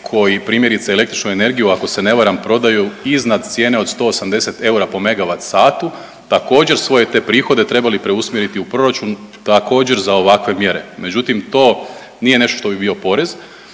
koji primjerice, električnu energiju, ako se ne varam, prodaju iznad cijene od 180 eura po MWh također, svoje te prihode trebali preusmjerili u proračun, također, za ovakve mjere. Međutim, to nije nešto što bi bio porez,